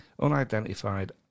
Unidentified